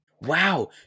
Wow